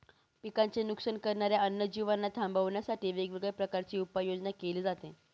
पिकांचे नुकसान करणाऱ्या अन्य जीवांना थांबवण्यासाठी वेगवेगळ्या प्रकारची उपाययोजना केली जाते